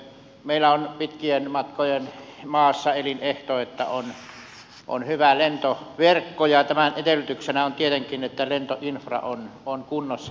meillä on pitkien matkojen maassa elinehto että on hyvä lentoverkko ja tämän edellytyksenä on tietenkin että lentoinfra on kunnossa